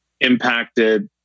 impacted